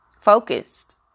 focused